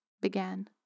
began